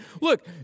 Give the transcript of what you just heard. look